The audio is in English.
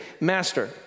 master